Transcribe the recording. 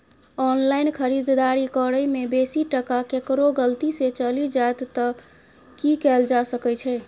Online खरीददारी करै में बेसी टका केकरो गलती से चलि जा त की कैल जा सकै छै?